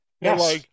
Yes